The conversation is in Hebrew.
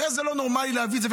הרי זה לא נורמלי להביא את זה.